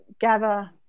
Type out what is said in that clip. gather